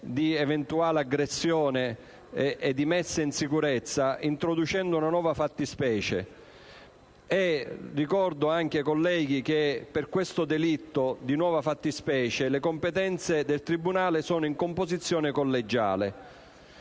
di eventuale aggressione e di messa in sicurezza introducendo una nuova fattispecie. Ai colleghi ricordo pure che per questo delitto di nuova fattispecie le competenze del tribunale sono in composizione collegiale.